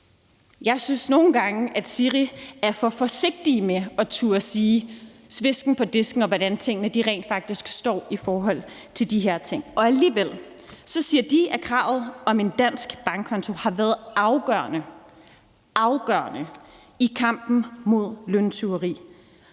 at jeg nogle gange synes, at SIRI er for forsigtige med at turde lægge svesken på disken og med at sige, hvordan tingene rent faktisk står i forhold til de her ting. Alligevel siger de, at kravet om en dansk bankkonto har været afgørende, afgørende i kampen mod løntyveri.